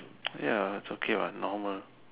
ya it's okay what normal